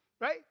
right